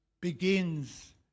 begins